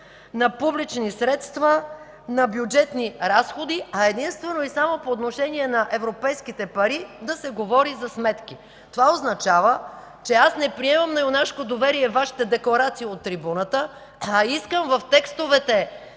на публични средства, на бюджетни разходи, а единствено и само по отношение на европейските пари да се говори за сметки. Това означава, че аз не приемам на юнашко доверие Вашите декларации от трибуната, а искам в текстовете